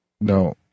No